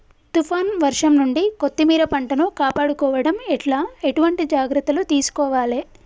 తుఫాన్ వర్షం నుండి కొత్తిమీర పంటను కాపాడుకోవడం ఎట్ల ఎటువంటి జాగ్రత్తలు తీసుకోవాలే?